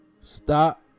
stop